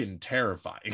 terrifying